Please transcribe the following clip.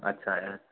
अच्छा है